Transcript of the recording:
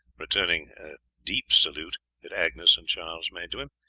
returning a deep salute that agnes and charlie made to him,